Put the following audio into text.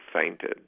fainted